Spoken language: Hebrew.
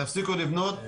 תפסיקו לבנות,